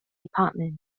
department